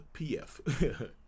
PF